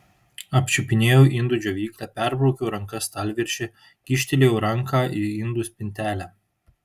apčiupinėjau indų džiovyklę perbraukiau ranka stalviršį kyštelėjau ranką į indų spintelę